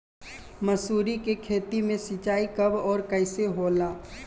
मसुरी के खेती में सिंचाई कब और कैसे होला?